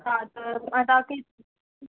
हा त मां तव्हांखे